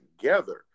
together